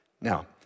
Now